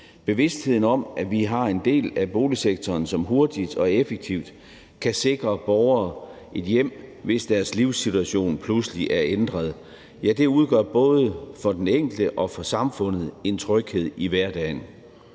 Bevidstheden om, at vi har en del af boligsektoren, som hurtigt og effektivt kan sikre borgere et hjem, hvis deres livssituation pludselig er ændret, udgør både for den enkelte og for samfundet en tryghed i hverdagen.